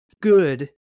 good